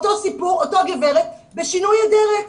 אותו סיפור, אותה גברת בשינוי אדרת.